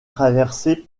traversée